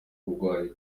kurwanya